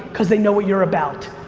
cause they know what you're about.